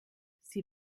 sie